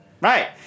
Right